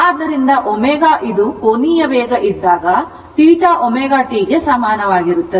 ಆದ್ದರಿಂದ ω ಇದು ಕೋನೀಯ ವೇಗ ಇದ್ದಾಗ θ ω t ಗೆ ಸಮಾನವಾಗಿರುತ್ತದೆ